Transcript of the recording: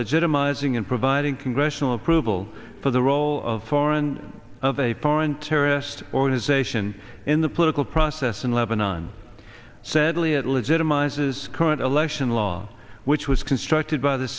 legitimize ing and providing congressional approval for the role of foreign of a foreign terrorist organization in the political process in lebanon sadly it legitimizes current election law which was constructed by the